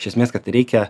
iš esmės kad reikia